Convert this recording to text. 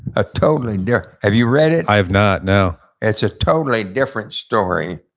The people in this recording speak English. ah totally do. have you read it? i have not, no it's a totally different story.